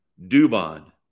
Dubon